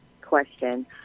question